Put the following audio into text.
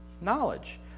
knowledge